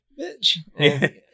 Bitch